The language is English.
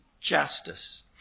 justice